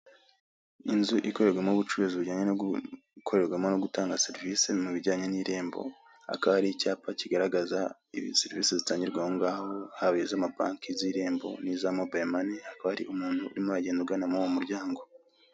Inzu ikorerwamo ubucuruzi bujyanye no gukorerwamo no gutanga serivise mubijyanye nirembo hakaba hari icyapa kigaragaza serivise zitangirwa ahongaho haba izamabanke nizirembo niza mobayiromani hakaba hari umuntu urimo aragenda agana muruwo muryango.